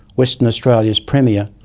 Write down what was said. western australia's premier,